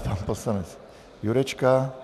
Pan poslanec Jurečka.